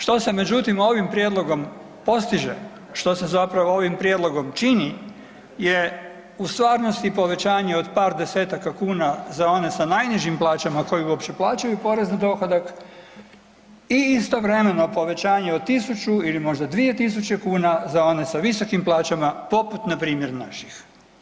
Što se međutim ovim prijedlogom postiže, što se ovim prijedlogom čini je u stvarnosti povećanje od par desetaka kuna za one sa najnižim plaćama koje uopće plaćaju porez na dohodak i istovremeno povećanje od 1.000 ili možda 2.000 kuna za one sa visokim plaćama poput npr. naših.